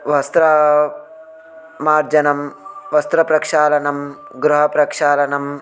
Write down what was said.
वस्त्रमार्जनं वस्त्रप्रक्षालनं गृहप्रक्षालनम्